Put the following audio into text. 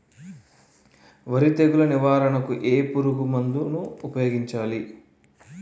వరి తెగుల నివారణకు ఏ పురుగు మందు ను ఊపాయోగించలి?